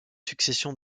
succession